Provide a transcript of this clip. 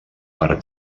per